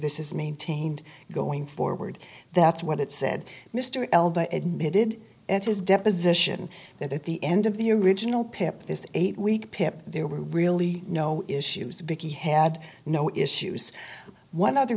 this is maintained going forward that's what it said mr l the admitted at his deposition that at the end of the original pip this eight week pip there were really no issues because he had no issues one other